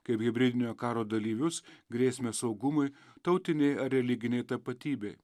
kaip hibridinio karo dalyvius grėsmę saugumui tautinei ar religinei tapatybei